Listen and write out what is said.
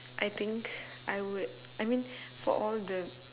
I think I would I mean for all the